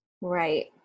Right